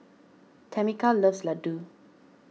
Tamica loves Ladoo